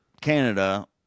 Canada